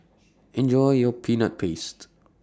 Enjoy your Peanut Paste